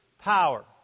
power